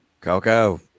Coco